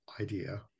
idea